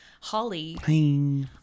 Holly